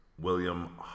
William